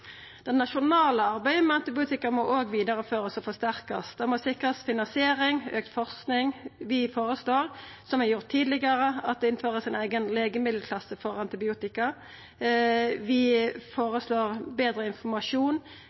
Det nasjonale arbeidet med antibiotika må òg vidareførast og forsterkast. Det må sikrast finansiering og auka forsking. Vi føreslår, som vi har gjort tidlegare, at det vert innført ein eigen legemiddelklasse for antibiotika. Vi føreslår betre informasjon,